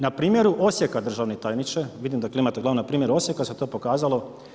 Na primjeru Osijeka državni tajniče, vidim da klimate glavom, na primjeru Osijeka se to pokazalo.